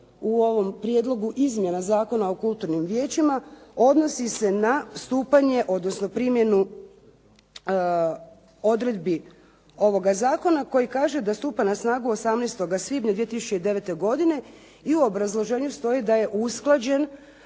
u ovom prijedlogu izmjena Zakona o kulturnim vijećima odnosi se na stupanje, odnosno primjenu odredbi ovoga zakona koji kaže da stupa na snagu 18. svibnja 2009. godine i u obrazloženju stoji da je usklađen